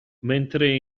mentre